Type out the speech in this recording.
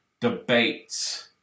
Debates